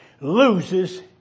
loses